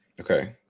Okay